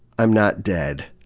i'm not dead.